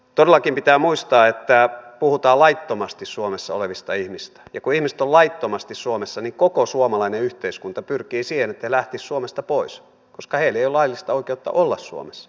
todellakin pitää muistaa että puhutaan laittomasti suomessa olevista ihmisistä ja kun ihmiset ovat laittomasti suomessa niin koko suomalainen yhteiskunta pyrkii siihen että he lähtisivät suomesta pois koska heillä ei ole laillista oikeutta olla suomessa